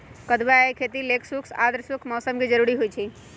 कदुआ के खेती लेल शुष्क आद्रशुष्क मौसम कें जरूरी होइ छै